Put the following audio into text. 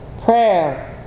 prayer